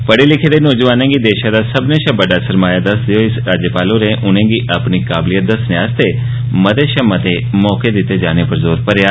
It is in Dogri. पढ़े लिखे दे नौजुआनें गी देषै दा सब्बने षा बड़डासरमाया दस्सदे होई राज्यपाल होरें उनेंगी अपनी काबलियत दस्सने आस्तै मते षा मते मौके दित्ते जाने उप्पर जोर भरेआ